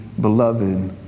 beloved